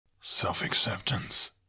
Self-acceptance